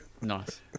Nice